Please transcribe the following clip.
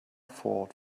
fault